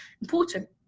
important